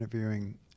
interviewing